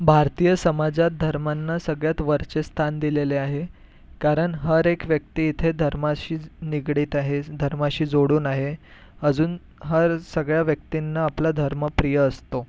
भारतीय समाजात धर्मांना सगळ्यात वरचे स्थान दिलेले आहे कारण हरेक व्यक्ती इथे धर्माशी निगडित आहे धर्माशी जोडून आहे अजून हर सगळ्या व्यक्तींना आपला धर्म प्रिय असतो